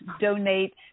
donate